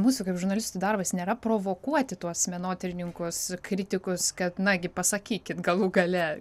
mūsų kaip žurnalistų darbas nėra provokuoti tuos menotyrininkus kritikus kad nagi pasakykit galų gale